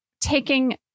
taking